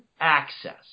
access